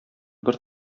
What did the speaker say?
бер